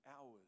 hours